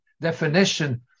definition